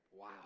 wow